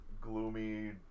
gloomy